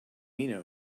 mina